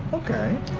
okay.